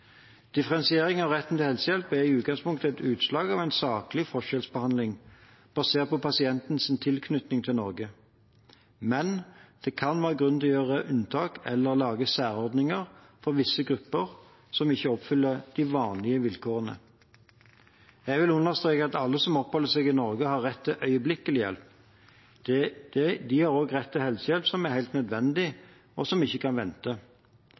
av retten til helsehjelp er i utgangspunktet utslag av en saklig forskjellsbehandling basert på pasientens tilknytning til Norge. Men det kan være grunn til å gjøre unntak eller lage særordninger for visse grupper som ikke oppfyller de vanlige vilkårene. Jeg vil understreke at alle som oppholder seg i Norge, har rett til øyeblikkelig hjelp. De har også rett til helsehjelp som er helt nødvendig, og som ikke kan vente.